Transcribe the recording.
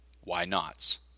why-nots